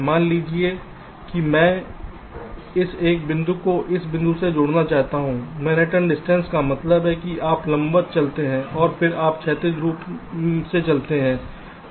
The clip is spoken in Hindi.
मान लीजिए कि मैं इस एक बिंदु को इस बिंदु से जोड़ना चाहता हूं मैनहट्टन की दूरी का मतलब है कि आप लंबवत चलते हैं और फिर आप क्षैतिज रूप से चलते हैं